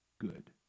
good